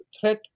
threat